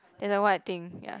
there's the white thing ya